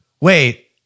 Wait